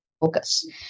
focus